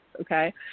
Okay